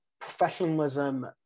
professionalism